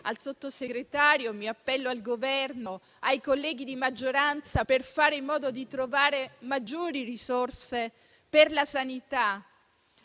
al Sottosegretario, al Governo, ai colleghi di maggioranza, per fare in modo di trovare maggiori risorse per la sanità,